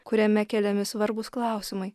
kuriame keliami svarbūs klausimai